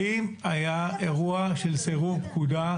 האם היה אירוע של סירוב פקודה,